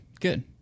Good